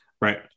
Right